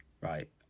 right